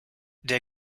der